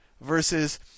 versus